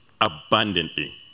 abundantly